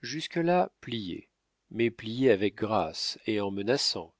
jusque-là pliez mais pliez avec grâce et en menaçant